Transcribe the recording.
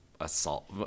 assault